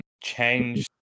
change